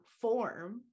form